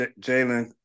Jalen –